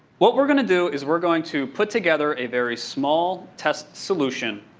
what we're going to do is we're going to put together a very small test solution,